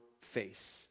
face